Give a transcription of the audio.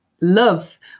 love